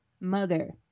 Mother